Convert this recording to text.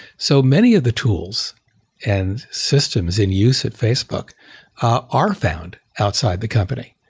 so many of the tools and systems in use at facebook are found outside the company,